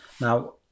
Now